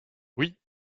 oui